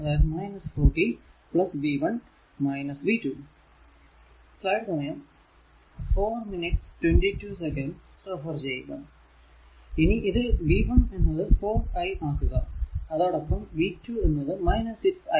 അതായതു 40 v 1 v 2 ഇനി ഇതിൽ v 1 എന്നത് 4 i ആക്കുക അതോടൊപ്പം v 2 6 i